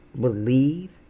believe